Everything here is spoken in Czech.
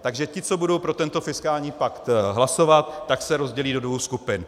Takže ti, co budou pro tento fiskální pakt hlasovat, se rozdělí do dvou skupin.